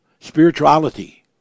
spirituality